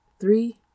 three